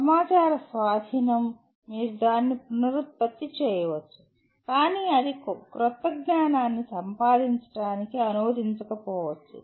సమాచార స్వాధీనం మీరు దానిని పునరుత్పత్తి చేయవచ్చు కానీ అది క్రొత్త జ్ఞానాన్ని సంపాదించడానికి అనువదించకపోవచ్చు